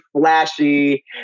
flashy